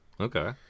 Okay